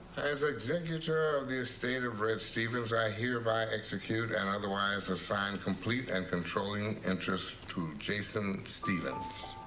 as executor of the estate of red stevens, i hereby execute and otherwise assign. complete and controlling interest to jason stevens.